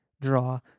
draw